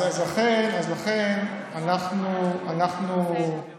אז לכן אנחנו, בסדר.